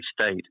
state